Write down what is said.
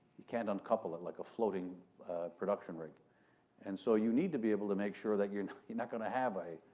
you can't uncouple it like a floating production rig and so you need to be able to make sure that you're not going to have a,